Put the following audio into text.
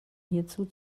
hierzu